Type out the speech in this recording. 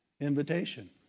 invitation